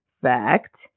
fact